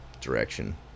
direction